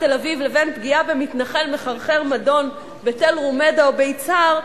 תל-אביב לבין פגיעה במתנחל מחרחר מדון בתל-רומיידה או ביצהר,